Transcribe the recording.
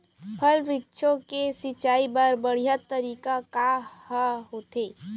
फल, वृक्षों के सिंचाई बर बढ़िया तरीका कोन ह होथे?